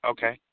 Okay